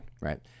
right